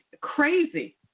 crazy